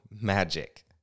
magic